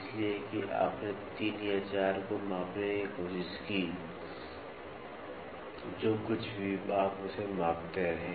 इसलिए कि आपने ३ या ४ को मापने की कोशिश की जो कुछ भी आप उसे मापते रहें